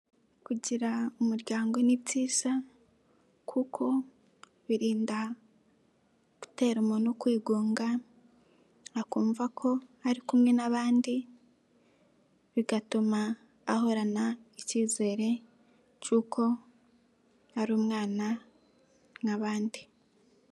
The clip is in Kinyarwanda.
Kugira umuryango ni byiza, kuko birinda gutera umuntu kwigunga, akumva ko ari kumwe n'abandi, bigatuma ahorana icyizere cy'uko ari umwana nk'abandi.